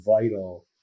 vital